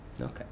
Okay